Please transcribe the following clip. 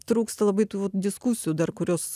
trūksta labai tų diskusijų dar kurios